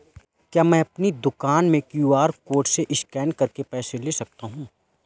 क्या मैं अपनी दुकान में क्यू.आर कोड से स्कैन करके पैसे ले सकता हूँ?